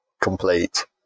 complete